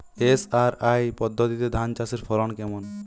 SRI পদ্ধতিতে ধান চাষের ফলন কেমন?